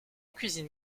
cuisine